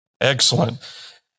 Excellent